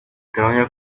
ndahamya